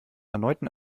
erneuten